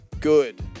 good